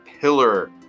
pillar